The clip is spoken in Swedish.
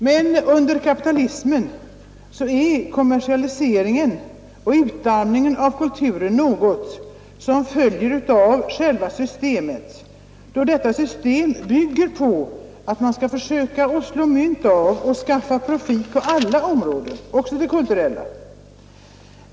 Men under kapitalismen är kommersialiseringen och utarmningen av kulturen något som följer av själva systemet, då detta system bygger på att man skall försöka slå mynt av och skaffa profit på alla områden, också det kulturella.